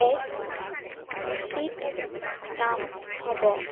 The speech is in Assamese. এক উচিত কাম হ'ব